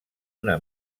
una